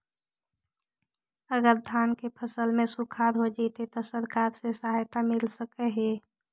अगर धान के फ़सल में सुखाड़ होजितै त सरकार से सहायता मिल सके हे?